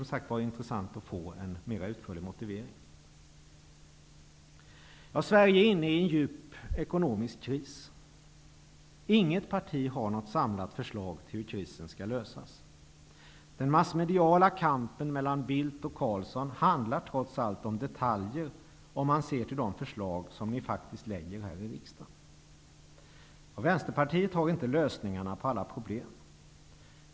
Sverige är inne i en djup ekonomisk kris. Inget parti har något samlat förslag till hur krisen skall lösas. Carlsson handlar trots allt om detaljer, om man ser till de förslag som ni faktiskt lägger fram här i riksdagen. Vänsterpartiet har inte lösningarna på alla problem.